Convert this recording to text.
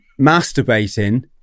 masturbating